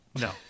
No